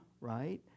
right